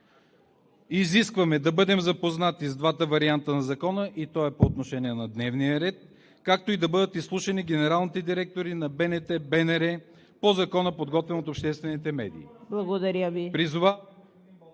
изискваме да бъдем запознати с двата варианта на Закона – и то е по отношение на дневния ред, както и да бъдат изслушани генералните директори на БНТ и БНР по Закона, подготвен от обществените медии. ПРЕДСЕДАТЕЛ ЦВЕТА